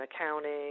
accounting